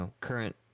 current